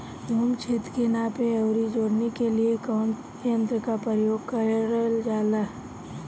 भूमि क्षेत्र के नापे आउर जोड़ने के लिए कवन तंत्र का प्रयोग करल जा ला?